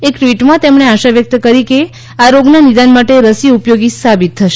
એક ટ્વીટમાં તેમણે આશા વ્યક્ત કરી કે આ રોગના નિદાન માટે રસી ઉપયોગી સાબિત થશે